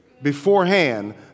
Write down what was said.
beforehand